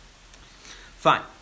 Fine